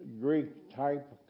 Greek-type